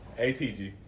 ATG